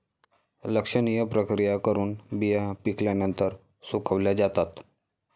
लक्षणीय प्रक्रिया करून बिया पिकल्यानंतर सुकवल्या जातात